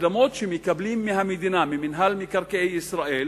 אדמות שמקבלים מהמדינה, ממינהל מקרקעי ישראל,